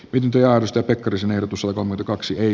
ydintä ja risto pekkarisen ehdotus on omat ykaksik ei